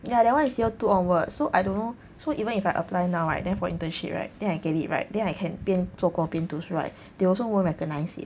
ya that one is year two onwards that's why I don't know so even if I apply now right then for internship right then I get it right then I can 边做工边读书 right they also won't recognize it